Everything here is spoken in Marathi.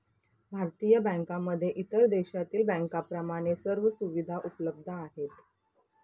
भारतीय बँकांमध्ये इतर देशातील बँकांप्रमाणे सर्व सुविधा उपलब्ध आहेत